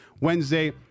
Wednesday